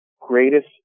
greatest